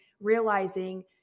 realizing